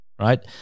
right